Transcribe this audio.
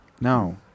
No